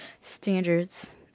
standards